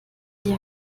die